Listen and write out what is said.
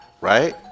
right